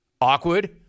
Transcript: awkward